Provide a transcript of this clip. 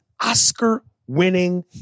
Oscar-winning